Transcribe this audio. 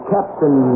Captain